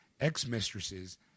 ex-mistresses